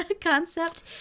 concept